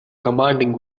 commanding